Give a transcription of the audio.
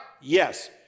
yes